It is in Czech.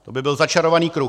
To by byl začarovaný kruh.